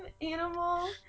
animal